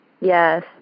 Yes